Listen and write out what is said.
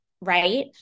Right